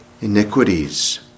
iniquities